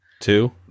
Two